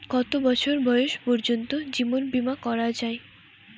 কত বছর বয়স পর্জন্ত জীবন বিমা করা য়ায়?